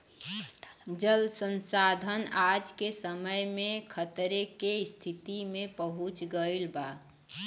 जल संसाधन आज के समय में खतरे के स्तिति में पहुँच गइल बा